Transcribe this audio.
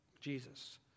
Jesus